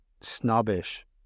snobbish